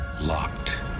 locked